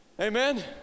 amen